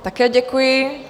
Také děkuji.